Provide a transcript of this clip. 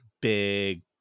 big